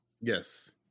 Yes